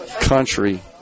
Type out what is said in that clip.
country